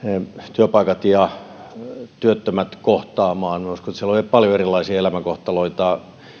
työpaikat ja työttömät kohtaamaan minä uskon että siellä on paljon erilaisia elämänkohtaloita